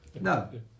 No